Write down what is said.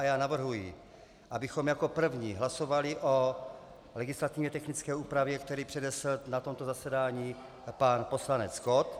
Já navrhuji, abychom jako první hlasovali o legislativně technické úpravě, kterou přednesl na tomto zasedání pan poslanec Kott.